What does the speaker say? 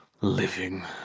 living